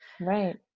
Right